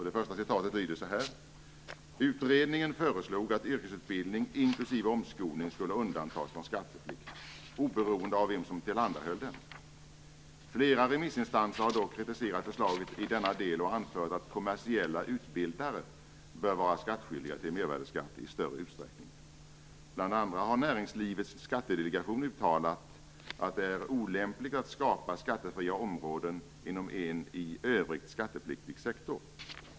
Det första citatet lyder: "Utredningen föreslog att yrkesutbildning inklusive omskolning skulle undantas från skatteplikt, oberoende av vem som tillhandahöll den. Flera remissinstanser har dock kritiserat förslaget i denna del och anfört att kommersiella utbildare bör vara skattskyldiga till mervärdesskatt i större utsträckning. Bl.a. har Näringslivets Skattedelegation uttalat att det är olämpligt att skapa skattefria områden inom en i övrigt skattepliktig sektor.